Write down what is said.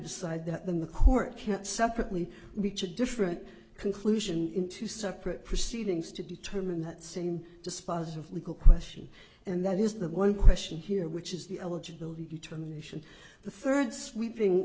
decide that then the court can't separately beach a different conclusion in two separate proceedings to determine that same dispositive legal question and that is the one question here which is the eligibility determination the third sweeping